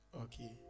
Okay